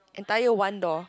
entire one door